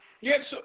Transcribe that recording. Yes